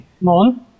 Mon